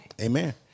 Amen